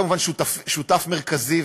כמובן שותף מרכזי,